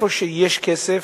איפה שיש כסף,